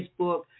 Facebook